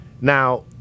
Now